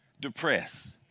Depressed